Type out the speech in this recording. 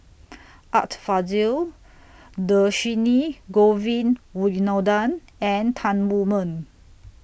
Art Fazil Dhershini Govin Winodan and Tan Wu Meng